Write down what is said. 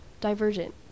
Divergent